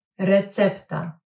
Recepta